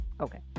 okay